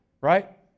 right